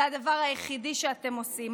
זה הדבר היחידי שאתם עושים.